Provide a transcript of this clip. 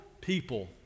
people